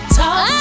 talk